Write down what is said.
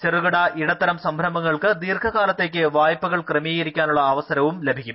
ചെറുകിട ഇടത്തരം സംരംഭങ്ങൾക്ക് ദീർഘകാലത്തേക്ക് വായ്പകൾ ക്രമീകരിക്കാൻ അവസരം ലഭിക്കും